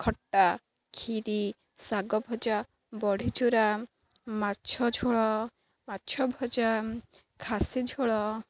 ଖଟା ଖିରୀ ଶାଗ ଭଜା ବଢ଼ିଚୁରା ମାଛ ଝୋଳ ମାଛଭଜା ଖାସି ଝୋଳ